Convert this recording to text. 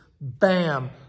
bam